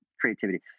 creativity